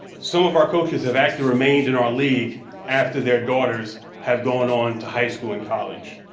some of our coaches have actually remained in our league after their daughters have gone on to high school and college.